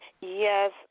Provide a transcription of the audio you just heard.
Yes